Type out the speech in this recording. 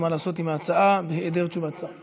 מה לעשות עם ההצעה בהיעדר תשובת שר?